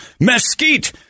mesquite